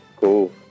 Cool